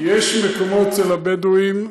יש מקומות אצל הבדואים,